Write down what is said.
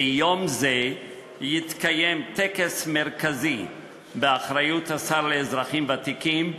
ביום זה יתקיים טקס מרכזי באחריות השר לאזרחים ותיקים,